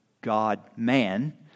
God-man